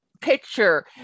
picture